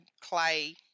clay